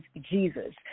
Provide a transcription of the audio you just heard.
Jesus